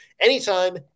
anytime